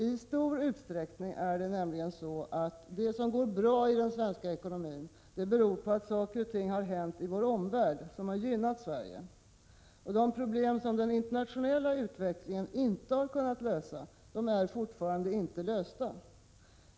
I stor utsträckning är det nämligen så, att det som går bra i den svenska ekonomin beror på att saker och ting har hänt i vår omvärld som gynnat Sverige. De problem som den internationella utvecklingen inte har kunnat lösa är fortfarande inte lösta.